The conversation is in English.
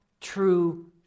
true